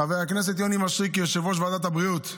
חבר הכנסת יוני מישרקי, יושב-ראש ועדת הבריאות,